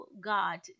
God